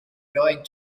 going